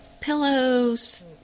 pillows